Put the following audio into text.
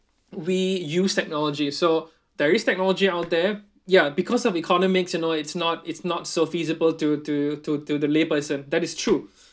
we use technology so there is technology out there ya because of economics you know it's not it's not so feasible to to to to the layperson that is true